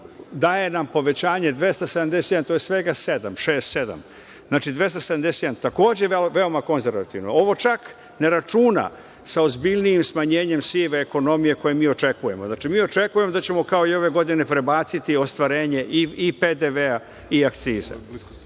daje nam povećanje od 277, to je svega šest-sedam. Znači, 277. Takođe veoma konzervativno. Ovo čak ne računa sa ozbiljnijim smanjenjem sive ekonomije koju mi očekujemo. Znači, mi očekujemo kao i ove godine prebaciti ostvarenje i PDV-a i akciza. Bliska